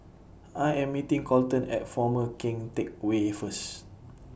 I Am meeting Colton At Former Keng Teck Whay First